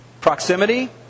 proximity